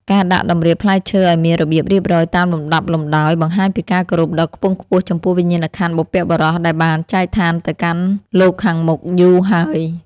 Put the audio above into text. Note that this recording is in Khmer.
ការដាក់តម្រៀបផ្លែឈើឱ្យមានរបៀបរៀបរយតាមលំដាប់លំដោយបង្ហាញពីការគោរពដ៏ខ្ពង់ខ្ពស់ចំពោះវិញ្ញាណក្ខន្ធបុព្វបុរសដែលបានចែកឋានទៅកាន់លោកខាងមុខយូរហើយ។